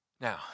Now